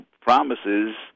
promises